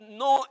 no